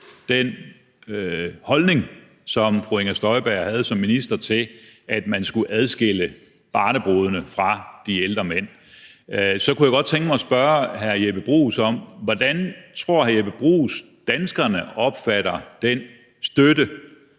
den holdning, som fru Inger Støjberg havde som minister, til, at man skulle adskille barnebrudene fra de ældre mænd. Så kunne jeg godt tænke mig at spørge hr. Jeppe Bruus om, hvordan hr. Jeppe Bruus tror danskerne opfatter den støtte,